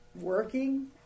working